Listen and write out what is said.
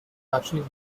actually